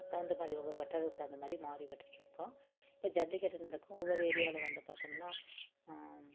தகுந்தமாதிரி ஒவ்வொரு வட்டாரத்துக்கும் தகுந்தமாதிரி மாறிபட்டுகிட்ருக்கும் இப்போ ஜல்லிக்கட்டு நடக்கும் ஒவ்வொரு ஏரியாவில் வந்து பார்த்தோம்ன்னா